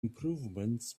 improvements